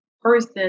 person